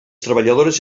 treballadores